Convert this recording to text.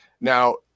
Now